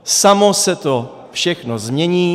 Samo se to všechno změní.